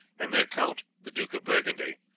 and their count the duke of burgundy,